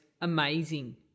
amazing